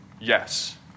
Yes